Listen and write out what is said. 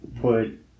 put